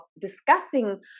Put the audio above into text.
discussing